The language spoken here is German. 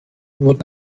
wurden